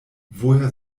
woher